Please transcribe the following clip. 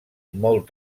molt